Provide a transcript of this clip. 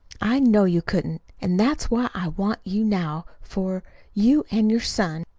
i know you couldn't. and that's what i want you now for you and your son.